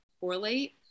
correlate